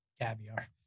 caviar